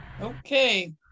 Okay